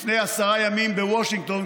לפני עשרה ימים בוושינגטון,